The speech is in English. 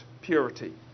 purity